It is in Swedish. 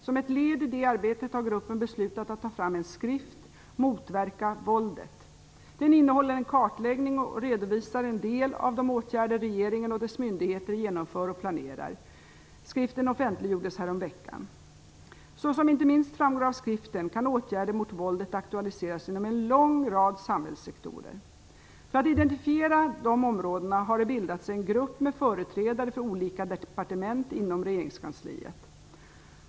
Som ett led i detta arbete har gruppen beslutat att ta fram en skrift, "Motverka våldet". Den innehåller en kartläggning och redovisar en del av de åtgärder som regeringen och dess myndigheter genomför och planerar. Skriften offentliggjordes häromveckan. Såsom inte minst framgår av skriften kan åtgärder mot våldet aktualiseras inom en lång rad samhällssektorer. För att identifiera dessa områden har det bildats en grupp med företrädare för olika departement inom regeringskansliet.